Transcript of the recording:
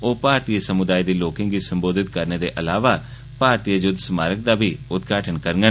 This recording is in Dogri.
ओह् भारती समुदाय दे लोकें गी संबोधित करने दे अलावा भारती युद्ध स्मारक दा उद्घाटन बी करङन